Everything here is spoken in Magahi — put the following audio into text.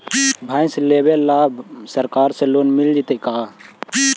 भैंस लेबे ल सरकार से लोन मिल जइतै का?